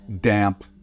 damp